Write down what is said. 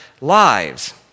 lives